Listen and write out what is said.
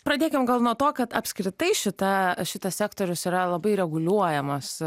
pradėkim gal nuo to kad apskritai šita šitas sektorius yra labai reguliuojamas